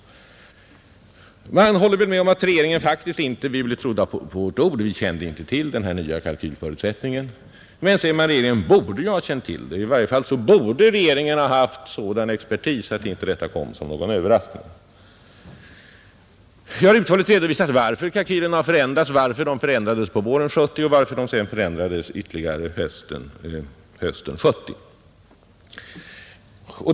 Man håller väl med om att vi bör bli trodda på vårt ord — vi kände inte till den här nya kalkylförutsättningen. Men, säger man, regeringen borde ju ha känt till den, och i varje fall borde regeringen ha haft sådan expertis att inte detta kommit som någon överraskning. Jag har utförligt redovisat varför kalkylerna har förändrats, varför de förändrades på våren 1970 och varför de sedan förändrades ytterligare hösten 1970.